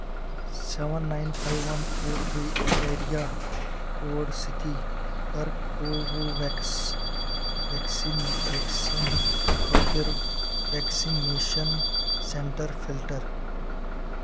seven nine five one four three area code سۭتۍ کر Covovax vaccine vaccine خٲطِر vaccination center filter